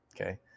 okay